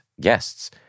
guests